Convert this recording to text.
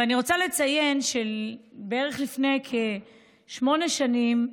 ואני רוצה לציין שבערך לפני שמונה שנים,